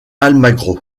almagro